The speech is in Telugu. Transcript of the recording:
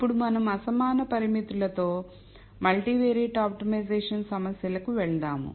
ఇప్పుడు మనం అసమానత పరిమితులతో మల్టీవియారిట్ ఆప్టిమైజేషన్ సమస్యలకు వెళ్దాము